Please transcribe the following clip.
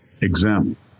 exempt